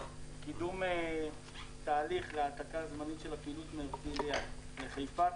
קידום תהליך להעתקה זמנית של הפעילות מהרצליה לחיפה,